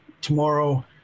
tomorrow